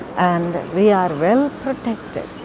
and we are well protected,